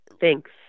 Thanks